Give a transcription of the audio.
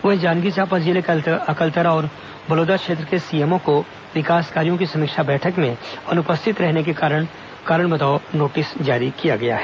वहीं जांजगीर चांपा जिले के अकलतरा और बलौदा क्षेत्र के सीएमओ को विकास कार्यो की समीक्षा बैठक में अनुपस्थित रहने पर कारण बताओ नोटिस जारी किया गया है